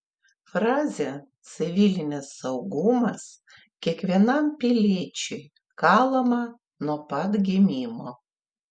frazė civilinis saugumas kiekvienam piliečiui kalama nuo pat gimimo